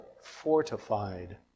fortified